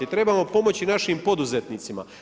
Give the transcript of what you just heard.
Trebamo pomoći našim poduzetnicima.